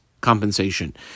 compensation